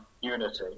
unity